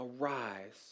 arise